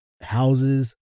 houses